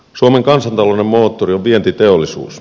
suomen kansantalouden moottori on vientiteollisuus